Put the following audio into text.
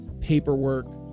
paperwork